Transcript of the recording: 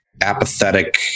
apathetic